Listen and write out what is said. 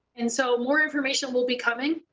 and so more information will be coming.